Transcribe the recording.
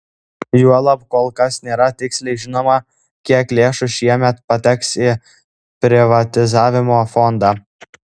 juolab kol kas nėra tiksliai žinoma kiek lėšų šiemet pateks į privatizavimo fondą